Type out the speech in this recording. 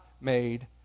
made